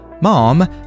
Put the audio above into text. Mom